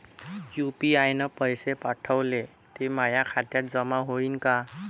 UPI न पैसे पाठवले, ते माया खात्यात जमा होईन का?